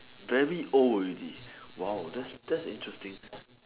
very old already !wow! that's that's interesting